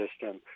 system